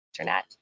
internet